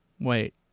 wait